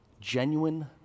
genuine